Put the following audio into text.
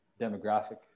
demographic